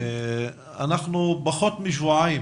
אנחנו פחות משבועיים